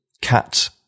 cat